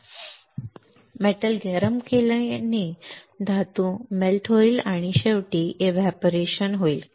धातू गरम केल्याने धातू मेल्ट होईल आणि शेवटी एव्हपोरेशन होईल